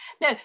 no